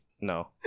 No